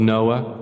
Noah